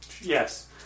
Yes